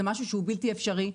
זה משהו בלתי אפשרי.